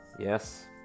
Yes